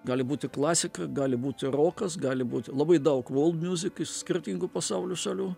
gali būti klasika gali būti rokas gali būt labai daug world music iš skirtingų pasaulio šalių